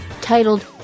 titled